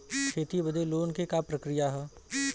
खेती बदे लोन के का प्रक्रिया ह?